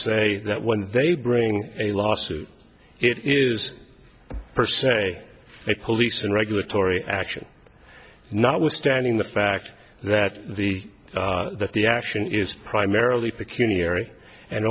say that when they bring a lawsuit it is per se a police and regulatory action notwithstanding the fact that the that the action is primarily peculiar and